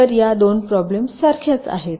तर या 2 प्रोब्लम सारख्याच आहेत